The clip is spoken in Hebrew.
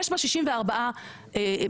יש בה 64 מנדטים.